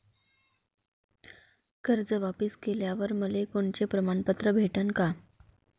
कर्ज वापिस केल्यावर मले कोनचे प्रमाणपत्र भेटन का?